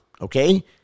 okay